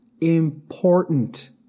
important